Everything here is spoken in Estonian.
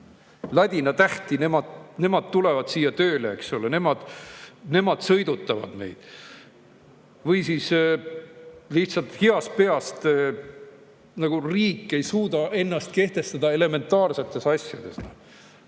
ladina tähti. Nemad tulevad siia tööle, eks ole, nemad sõidutavad meid. Ja lihtsalt heast peast ei suuda riik ennast kehtestada elementaarsetes asjades.